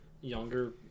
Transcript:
younger